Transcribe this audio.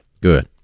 Good